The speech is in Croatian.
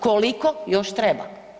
Koliko još treba?